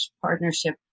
partnership